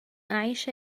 أعيش